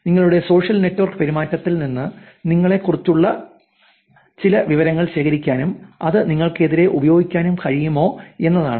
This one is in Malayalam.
നിങ്ങളുടെ സോഷ്യൽ നെറ്റ്വർക്ക് പെരുമാറ്റത്തിൽ നിന്ന് നിങ്ങളെക്കുറിച്ചുള്ള ചില വിവരങ്ങൾ ശേഖരിക്കാനും അത് നിങ്ങൾക്ക് എതിരെ ഉപയോഗിക്കാനും കഴിയുമോ എന്നതാണ്